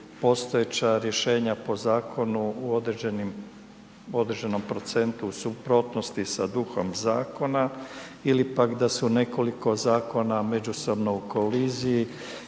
postojeća rješenja po Zakonu u određenim, u određenom procentu u suprotnosti sa duhom Zakona, ili pak da su nekoliko Zakona međusobno u koliziji